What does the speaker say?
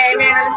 Amen